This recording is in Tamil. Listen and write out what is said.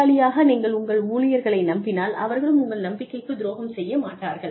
முதலாளியாக நீங்கள் உங்கள் ஊழியர்களை நம்பினால் அவர்களும் உங்கள் நம்பிக்கைக்கு துரோகம் செய்ய மாட்டார்கள்